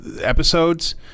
episodes